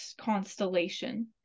constellation